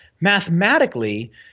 mathematically